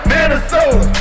Minnesota